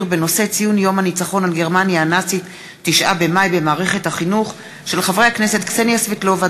בהצעות שהעלו חברי הכנסת קסניה סבטלובה,